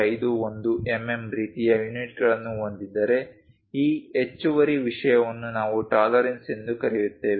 51 MM ರೀತಿಯ ಯೂನಿಟ್ಗಳನ್ನು ಹೊಂದಿದ್ದರೆ ಈ ಹೆಚ್ಚುವರಿ ವಿಷಯವನ್ನು ನಾವು ಟಾಲರೆನ್ಸ್ ಎಂದು ಕರೆಯುತ್ತೇವೆ